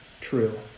true